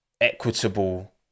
equitable